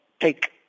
take